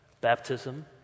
baptism